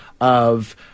of-